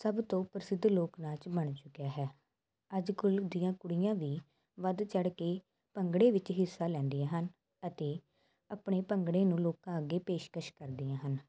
ਸਭ ਤੋਂ ਪ੍ਰਸਿੱਧ ਲੋਕ ਨਾਚ ਬਣ ਚੁੱਕਿਆ ਹੈ ਅੱਜ ਕੱਲ੍ਹ ਦੀਆਂ ਕੁੜੀਆਂ ਵੀ ਵੱਧ ਚੜ੍ਹ ਕੇ ਭੰਗੜੇ ਵਿੱਚ ਹਿੱਸਾ ਲੈਂਦੀਆਂ ਹਨ ਅਤੇ ਆਪਣੇ ਭੰਗੜੇ ਨੂੰ ਲੋਕਾਂ ਅੱਗੇ ਪੇਸ਼ਕਸ਼ ਕਰਦੀਆਂ ਹਨ